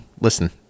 listen